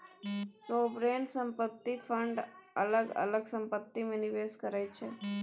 sovereign संपत्ति fund अलग अलग संपत्ति मे निबेस करै छै